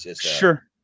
Sure